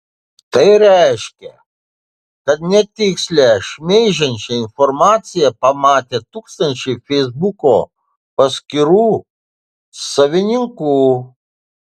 tai reiškia kad netikslią šmeižiančią informaciją pamatė tūkstančiai feisbuko paskyrų savininkų